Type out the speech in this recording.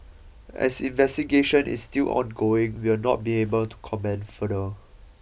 as investigation is still ongoing we will not be able to comment further